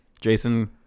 Jason